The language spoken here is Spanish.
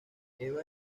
eva